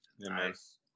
nice